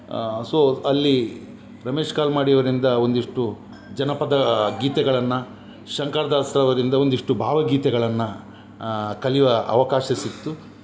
so ಅಲ್ಲಿ ರಮೇಶ್ ಕಲ್ಮಾಡಿ ಅವರಿಂದ ಒಂದಿಷ್ಟು ಜನಪದಾ ಗೀತೆಗಳನ್ನು ಶಂಕರ್ ದಾಸ್ ಅವರಿಂದ ಒಂದಿಷ್ಟು ಭಾವ ಗೀತೆಗಳನ್ನು ಕಲಿಯುವ ಅವಕಾಶ ಸಿಕ್ಕಿತು